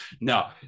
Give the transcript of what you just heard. No